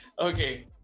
okay